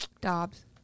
Dobbs